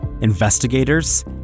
investigators